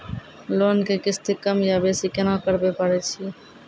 Loan के किस्ती कम या बेसी केना करबै पारे छियै?